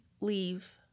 leave